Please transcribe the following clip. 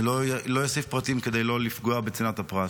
אני לא אוסיף פרטים כדי לא לפגוע בצנעת הפרט.